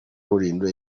rulindo